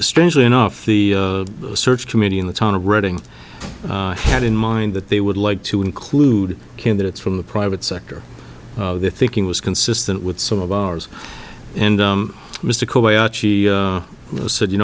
strangely enough the search committee in the town of reading had in mind that they would like to include candidates from the private sector their thinking was consistent with some of ours and mystical way out she said you